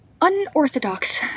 unorthodox